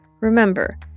Remember